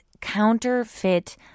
counterfeit